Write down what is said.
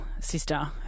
sister